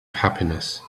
happiness